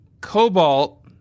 cobalt